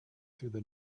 through